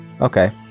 Okay